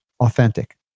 authentic